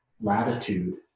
latitude